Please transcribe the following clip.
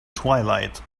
twilight